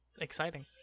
Exciting